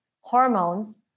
hormones